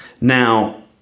Now